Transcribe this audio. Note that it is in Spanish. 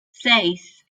seis